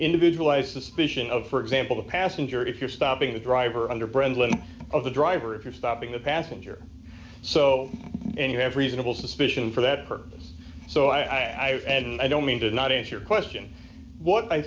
individualized suspicion of for example the passenger if you're stopping the driver under brendan of the driver if you're stopping the passenger so you have reasonable suspicion for that purpose so i have and i don't mean to not answer your question what i